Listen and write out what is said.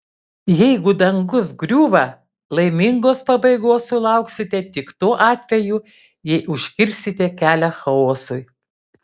jeigu dangus griūva laimingos pabaigos sulauksite tik tuo atveju jei užkirsite kelią chaosui